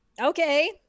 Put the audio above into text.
Okay